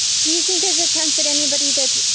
do you think there's a chance that anybody that,